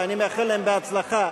ואני מאחל להם הצלחה,